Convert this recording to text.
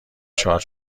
شارژ